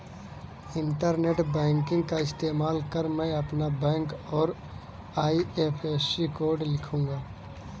internet banking का इस्तेमाल कर मैं अपना बैंक और आई.एफ.एस.सी कोड लिखूंगा